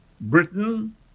Britain